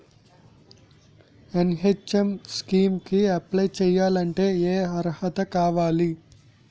NHM scheme కి apply చేయాలి అంటే ఏ అర్హత కావాలి?